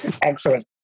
Excellent